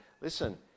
listen